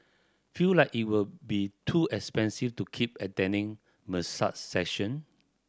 feel like it will be too expensive to keep attending massage session